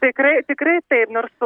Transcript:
tikrai tikrai taip nors